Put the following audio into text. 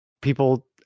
people